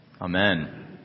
Amen